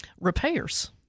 repairs